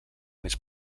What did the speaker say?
més